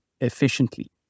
efficiently